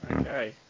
Okay